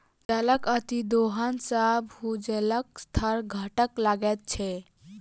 जलक अतिदोहन सॅ भूजलक स्तर घटय लगैत छै